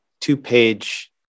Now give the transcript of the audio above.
two-page